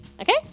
Okay